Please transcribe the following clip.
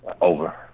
Over